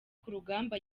kurugamba